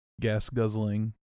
gas-guzzling